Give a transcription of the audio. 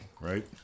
right